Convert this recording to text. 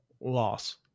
Loss